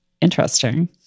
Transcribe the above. interesting